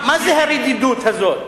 מה זו הרדידות הזאת?